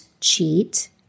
cheat